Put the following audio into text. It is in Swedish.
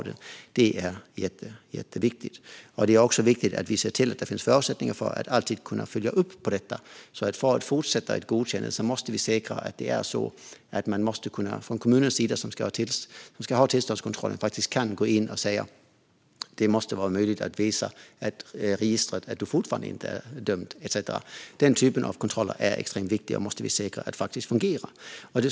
Det är jätteviktigt. Det är också viktigt att vi ser till att det finns förutsättningar för att alltid följa upp. För att få ett fortsatt godkännande måste kommunen, som ska utöva tillståndskontrollen, få veta genom att titta i registret att du fortfarande inte är dömd. Den typen av kontroller är extremt viktiga, och vi måste säkra att de faktiskt fungerar.